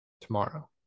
tomorrow